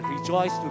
rejoice